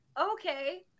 okay